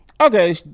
Okay